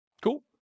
Cool